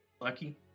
Lucky